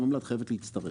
היא חייבת להצטרף.